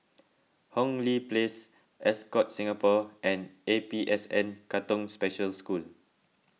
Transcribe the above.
Hong Lee Place Ascott Singapore and A P S N Katong Special School